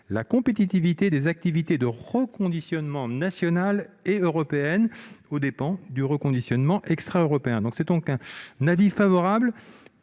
la compétitivité des activités de reconditionnement nationales et européennes aux dépens du reconditionnement extraeuropéen. Je le répète, selon les